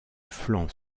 flanc